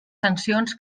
sancions